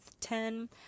ten